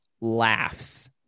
laughs